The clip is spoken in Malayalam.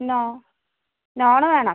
നോ നോൺ വേണം